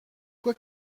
quoi